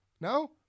No